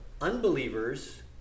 unbelievers